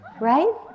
right